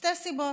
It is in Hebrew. משתי סיבות.